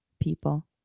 People